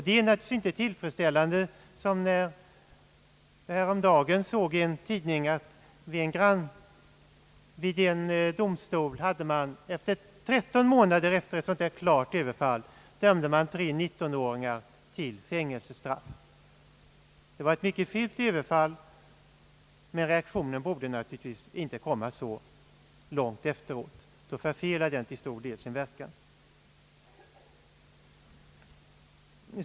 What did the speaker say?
Det är naturligtvis inte tillfredsställande att man, såsom jag häromdagen läste i en tidning, vid en domstol först 13 månader efter ett sådant klart överfall hade dömt tre nittonåringar till fängelsestraff. Det var visserligen fråga om ett mycket fult överfall, men reaktionen borde naturligtvis inte komma så långt efteråt — då förfelar den till stor del sin verkan.